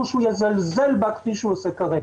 שהוא יזלזל בזה כפי שהוא עושה כרגע.